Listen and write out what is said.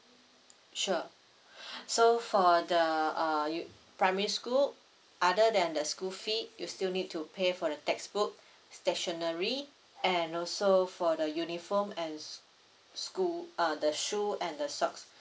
sure so for the uh you primary school other than the school fee you still need to pay for the textbook stationery and also for the uniform and school uh the shoe and the socks